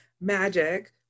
MAGIC